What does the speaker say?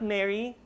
Mary